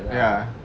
ya